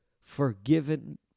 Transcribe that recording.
forgiven